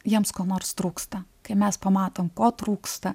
jiems ko nors trūksta kai mes pamatom ko trūksta